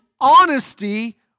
honesty